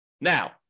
Now